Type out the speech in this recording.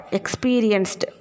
experienced